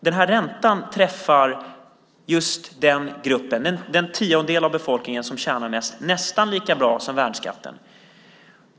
Den här räntan träffar just den gruppen, den tiondel av befolkningen som tjänar mest, nästan lika bra som värnskatten.